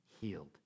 healed